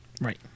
Right